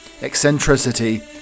eccentricity